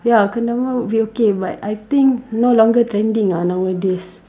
ya kendama would be okay but I think no longer trending ah nowadays